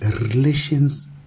relations